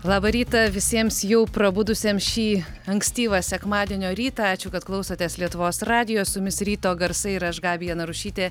labą rytą visiems jau prabudusiems šį ankstyvą sekmadienio rytą ačiū kad klausotės lietuvos radijo su jumis ryto garsai ir aš gabija narušytė